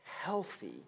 healthy